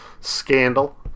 scandal